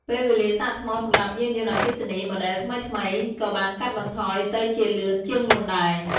ពេលវេលាសាកថ្មសម្រាប់យានយន្តអគ្គីសនី ម៉ូដែលថ្មីៗ ក៏បានកាត់បន្ថយទៅជាលឿនជាងមុនដែរ។